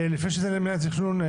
לפני שנפנה למינהל התכנון,